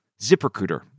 ZipRecruiter